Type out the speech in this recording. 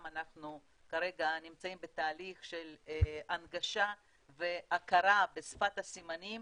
אנחנו כרגע נמצאים בתהליך של הנגשה והכרה בשפת הסימנים